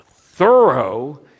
thorough